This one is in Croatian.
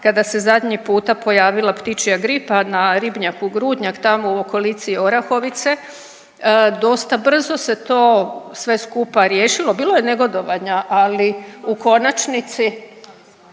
kada se zadnji puta pojavila ptičja gripa na ribnjaku Grudnjak tako u okolici Orahovice, dosta brzo se to sve skupa riješilo. Bilo je negodovanja ali u konačnici,